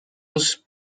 use